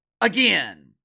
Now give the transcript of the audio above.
Again